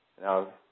now